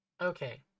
Okay